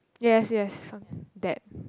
yes yes some that